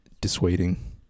dissuading